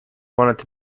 want